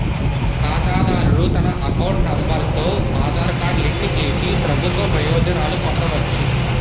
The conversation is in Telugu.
ఖాతాదారుడు తన అకౌంట్ నెంబర్ తో ఆధార్ కార్డు లింక్ చేసి ప్రభుత్వ ప్రయోజనాలు పొందవచ్చు